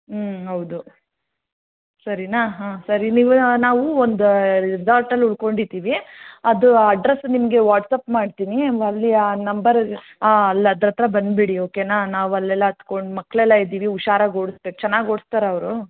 ಹ್ಞೂ ಹೌದು ಸರಿನಾ ಹಾಂ ಸರಿ ನೀವು ನಾವು ಒಂದು ರೆಸಾರ್ಟಲ್ಲಿ ಉಳ್ಕೊಂಡು ಇದ್ದೀವಿ ಅದು ಅಡ್ರಸ್ ನಿಮಗೆ ವಾಟ್ಸ್ಆ್ಯಪ್ ಮಾಡ್ತೀನಿ ನೀವು ಅಲ್ಲಿ ಆ ನಂಬರ್ ಹಾಂ ಅಲ್ಲಿ ಅದ್ರ ಹತ್ರ ಬಂದುಬಿಡಿ ಓಕೆನಾ ನಾವು ಅಲ್ಲೆಲ್ಲ ಹತ್ಕೊಂಡ್ ಮಕ್ಕಳೆಲ್ಲ ಇದ್ದೀವಿ ಹುಷಾರಗ್ ಓಡ್ಸ್ಬೇಕು ಚೆನ್ನಾಗಿ ಓಡಿಸ್ತಾರಾ ಅವರು